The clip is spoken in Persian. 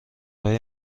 های